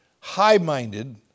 high-minded